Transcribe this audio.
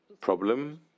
problem